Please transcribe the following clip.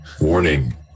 Warning